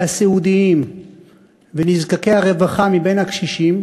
והסיעודיים ונזקקי הרווחה מבין הקשישים